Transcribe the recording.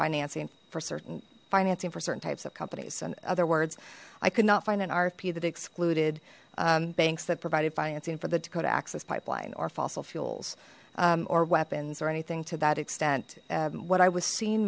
financing for certain financing for certain types of companies in other words i could not find an rfp that excluded banks that provided financing for the dakota access pipeline or fossil fuels or weapons or anything to that extent what i was seen